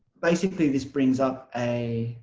basically this brings up a